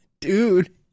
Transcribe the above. dude